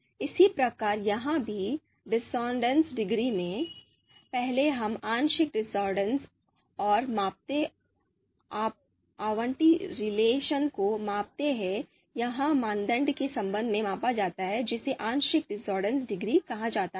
इसी प्रकार यहाँ भी discordance डिग्री में पहले हम आंशिक discordance और प्रत्येक outranking रिलेशन को मापते हैं एक मानदंड के संबंध में मापा जाता है जिसे आंशिक डिसॉर्डर डिग्री कहा जाता है